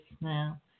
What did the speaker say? now